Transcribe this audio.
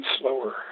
slower